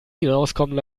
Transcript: hinauskommen